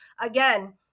again